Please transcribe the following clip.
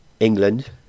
England